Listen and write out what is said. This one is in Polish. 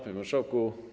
Panie Marszałku!